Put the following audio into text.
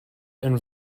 and